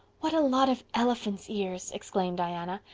what a lot of elephant's ears, exclaimed diana.